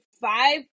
five